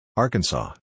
Arkansas